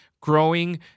growing